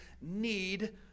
need